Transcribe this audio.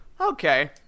okay